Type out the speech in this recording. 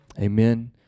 Amen